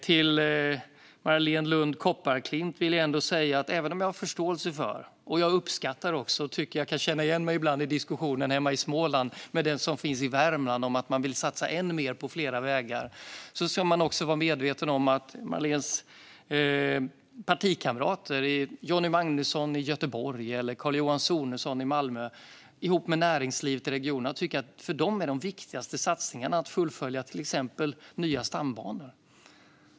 Till Marléne Lund Kopparklint vill jag ändå säga - även om jag har förståelse för, uppskattar och tycker att jag kan känna igen mig ibland från diskussionen hemma i Småland i den som finns i Värmland - att om man vill satsa ännu mer på flera vägar ska man också vara medveten om att för hennes partikamrater Jonny Magnusson i Göteborg och Carl-Johan Sonesson i Malmö, ihop med näringslivet och regionerna, är de viktigaste satsningarna att fullfölja till exempel nya stambanor.